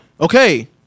Okay